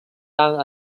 down